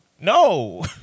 No